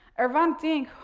ah hrant dink,